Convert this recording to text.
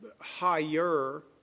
higher